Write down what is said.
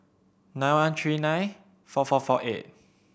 nine one three nine four four four eight